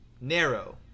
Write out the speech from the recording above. narrow